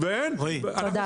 ואומרים